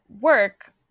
work